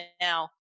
now